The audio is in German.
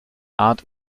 art